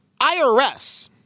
IRS